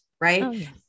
right